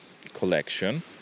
Collection